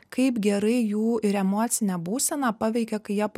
kaip gerai jų ir emocinę būseną paveikia kai jie